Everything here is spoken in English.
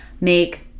make